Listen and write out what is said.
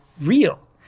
real